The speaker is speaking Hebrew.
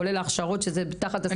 כולל הכשרות שזה תחת הסמכות שלך.